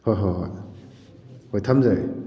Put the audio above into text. ꯍꯣꯏ ꯍꯣꯏ ꯍꯣꯏ ꯍꯣꯏ ꯊꯝꯖꯔꯒꯦ